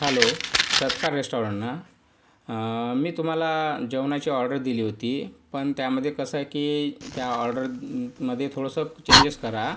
hello Satkar restaurant ना मी तुम्हाला जेवणाची ऑर्डर दिली होती पण त्यामध्ये कसं आहे की त्या ऑर्डरमध्ये थोडंसं चेंजेस करा